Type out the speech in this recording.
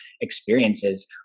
experiences